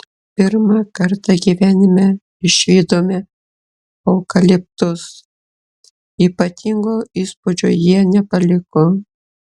pirmą kartą gyvenime išvydome eukaliptus ypatingo įspūdžio jie nepaliko